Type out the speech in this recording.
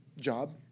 job